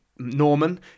Norman